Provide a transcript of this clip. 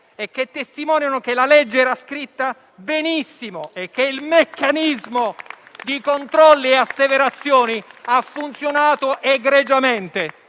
testimoniano che la legge era scritta benissimo e che il meccanismo di controlli e asseverazioni ha funzionato egregiamente.